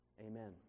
Amen